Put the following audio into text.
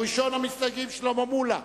ראשון המסתייגים, חבר הכנסת שלמה מולה,